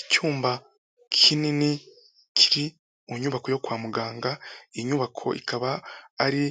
Icyumba kinini kiri mu nyubako yo kwa muganga, iyi nyubako ikaba ari